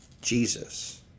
Jesus